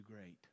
great